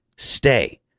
stay